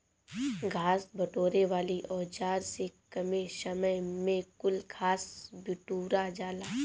घास बिटोरे वाली औज़ार से कमे समय में कुल घास बिटूरा जाला